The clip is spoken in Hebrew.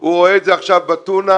הוא רואה את זה עכשיו בטונה,